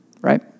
right